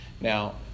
Now